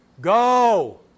Go